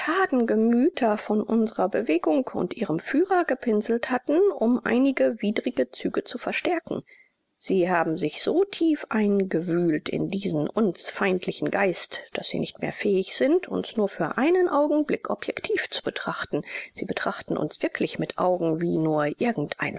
patriotardengemüter von unserer bewegung und ihrem führer gepinselt hatten um einige widrige züge zu verstärken sie haben sich so tief eingewühlt in diesen uns feindlichen geist daß sie nicht mehr fähig sind uns nur für einen augenblick objektiv zu betrachten sie betrachten uns wirklich mit augen wie nur irgendein